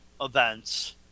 events